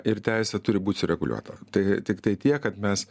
ir teisė turi būt sureguliuota tai tiktai tiek kad mes